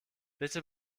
bitte